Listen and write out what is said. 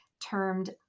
termed